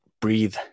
breathe